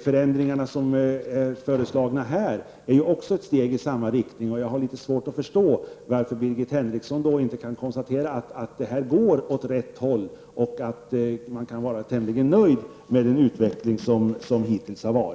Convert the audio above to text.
Också de nu föreslagna förändringarna är ett steg i samma riktning, och jag har då litet svårt att förstå varför Birgit Henriksson inte kan konstatera att detta går åt rätt håll och att man kan vara tämligen nöjd med den utveckling som hittills har